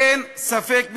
אין ספק בזה.